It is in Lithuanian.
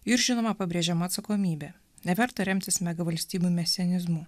ir žinoma pabrėžiama atsakomybė neverta remtis mega valstybių mesianizmu